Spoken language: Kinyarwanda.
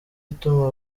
ituma